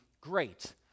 great